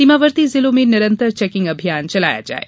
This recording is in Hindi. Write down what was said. सीमावर्ती जिलों में निरन्तर चैकिंग अभियान चलाया जाये